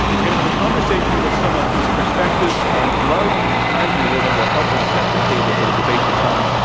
we're going to have a conversation with someone whose perspective on love in these times we live in will help us set the table for the debate to come.